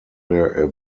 der